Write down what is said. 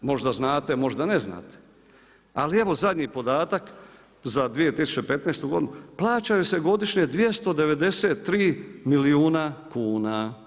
Možda znate, možda ne znate ali evo zadnji podatak za 2015. godinu plaćaju se godišnje 293 milijuna kuna.